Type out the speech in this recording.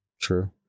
True